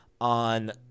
on